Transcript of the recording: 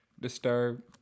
disturb